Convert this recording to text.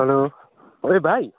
hello ओइ भाइ